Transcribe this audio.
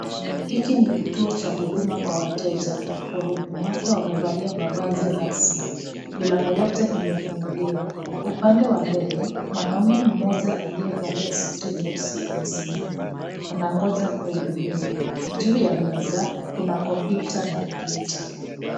Hiki ni kituo cha Huduma kwa wateja. Wahudumu wake wamevalia mavazi rasmi, milango yote imefunguliwa upande wa mbele, mwanaume mmoja aliyevalia suti nyeusi amesimama anangoja kuhudumiwa ,juu ya meza kuna kompyuta na (CS) printer (CS).